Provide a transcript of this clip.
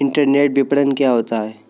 Internet विपणन क्या होता है?